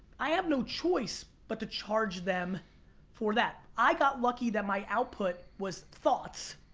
i have no choice but to charge them for that. i got lucky that my output was thoughts,